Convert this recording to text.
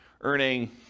earning